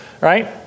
right